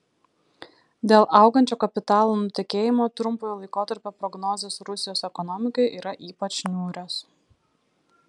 dėl augančio kapitalo nutekėjimo trumpojo laikotarpio prognozės rusijos ekonomikai yra ypač niūrios